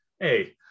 Hey